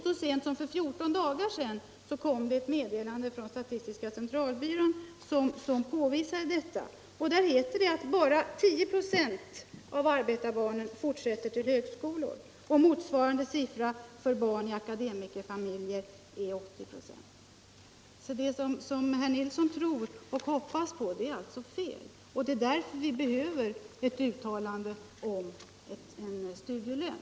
Så sent som för 14 dagar sedan kom det ett meddelande från statistiska centralbyrån som påvisade detta. Där heter det att bara 10 96 av arbetarbarnen fortsätter till högskolor, medan motsvarande siffra för barn ur akademikerfamiljer är 80 96. Det som herr Nilsson tror och hoppas på är alltså fel, och det är därför vi behöver ett uttalande om en studielön.